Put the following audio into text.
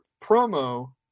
promo